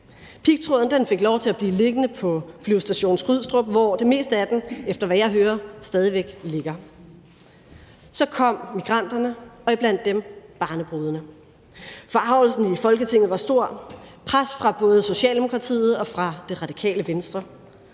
Pigtråden fik lov til at blive liggende på Flyvestation Skrydstrup, hvor det meste af den, efter hvad jeg hører, stadig væk ligger, og så kom migranterne og iblandt dem barnebrudene. Forargelsen i Folketinget var stor, der var pres fra både Socialdemokratiet og fra Radikale Venstre,